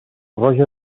roja